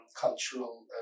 cultural